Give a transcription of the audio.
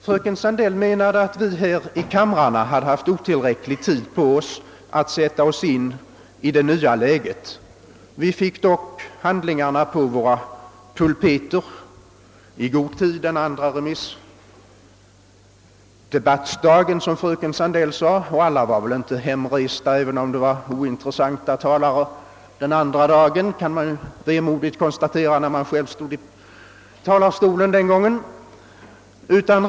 Fröken Sandell menade att vi här i kamrarna hade haft otillräcklig tid på oss för att sätta oss in i det nya läget. Vi fick dock handlingarna på våra pulpeter i god tid den andra remissdebattsdagen, som fröken Sandell också sade, och alla var väl inte hemresta, även om den som själv stod i talarstolen den aktuella dagen väl något vemodigt kan få konstatera att anförandena tydligen bedömdes som ganska ointressanta.